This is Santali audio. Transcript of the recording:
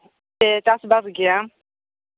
ᱥᱮ ᱪᱟᱥᱼᱵᱟᱥ ᱜᱮᱭᱟ